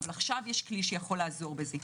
אבל עכשיו יש כדי שיכול לעזור בזה.